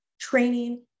training